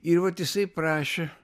ir vat jisai prašė